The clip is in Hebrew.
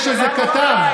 יש איזה כתב,